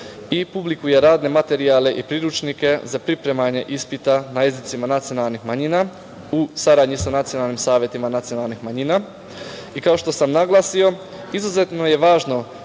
i publikuje razne materijale i priručnike za pripremanje ispita na jezicima nacionalnih manjina u saradnji sa nacionalnim saveta nacionalnih manjina. Kao što sam naglasio, izuzetno je važno